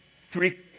three